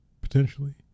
potentially